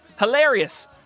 Hilarious